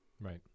Right